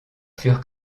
furent